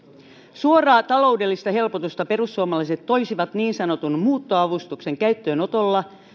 suoraa taloudellista helpotusta perussuomalaiset toisivat niin sanotun muuttoavustuksen käyttöönotolla